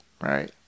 Right